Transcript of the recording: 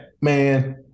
man